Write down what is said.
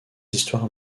histoire